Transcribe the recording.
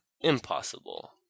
impossible